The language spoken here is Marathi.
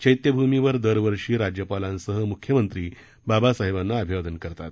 चैत्यभूमीवर दरवर्षी राज्यपालांसह मुख्यमंत्री बाबासाहेबांना अभिवादन करतात